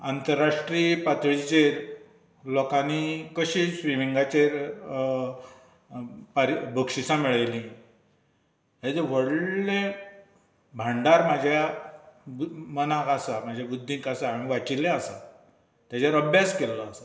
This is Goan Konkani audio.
आंतरराष्ट्रीय पातळेचेर लोकांनी कशें स्विमिंगाचेर फार बक्षिसां मेळयलीं हें जें व्हडलें भांडार म्हाज्या मनाक आसा म्हज्या बुद्दीक आसा हांवेन वाचिल्लें आसा तेजेर अभ्यास केल्लो आसा